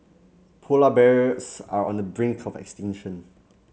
polar bears are on the brink of extinction